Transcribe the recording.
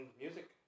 music